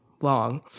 long